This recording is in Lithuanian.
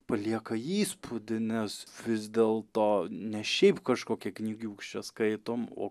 palieka įspūdį nes vis dėlto ne šiaip kažkokią knygiūkštę skaitom o